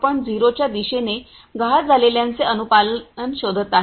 0 च्या दिशेने गहाळ झालेल्यांचे अनुपालन शोधत आहे